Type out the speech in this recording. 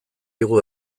digu